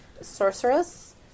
sorceress